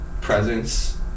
presence